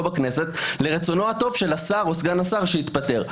בכנסת לרצונו הטוב של השר או סגן השר שהתפטר.